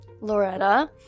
loretta